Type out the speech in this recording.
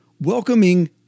welcoming